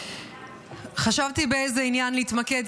חשבתי באיזה עניין להתמקד,